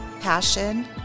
passion